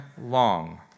long